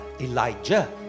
Elijah